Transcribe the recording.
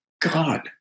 God